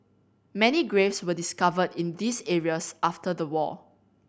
many graves were discovered in these areas after the war